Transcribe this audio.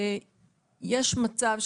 שיש מצב,